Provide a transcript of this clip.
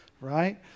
right